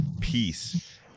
peace